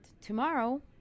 tomorrow